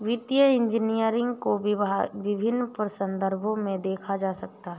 वित्तीय इंजीनियरिंग को विभिन्न संदर्भों में देखा जा सकता है